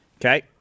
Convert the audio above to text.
Okay